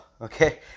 okay